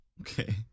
Okay